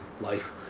life